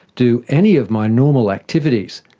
do any of my normal activities.